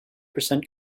percent